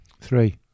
Three